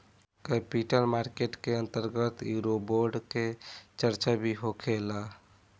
capital market के अंतर्गत eurobond के चार्चा भी होखेला